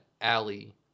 alley